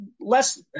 less